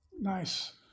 Nice